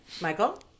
Michael